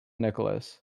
nicholas